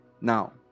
now